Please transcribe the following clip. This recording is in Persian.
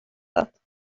داد